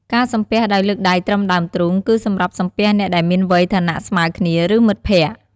ការសំពះដោយលើកដៃត្រឹមដើមទ្រូង គឺសម្រាប់សំពះអ្នកដែលមានវ័យ ឋានៈ ស្មើគ្នា ឬមិត្តភក្តិ។